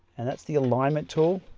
and that's the alignment tool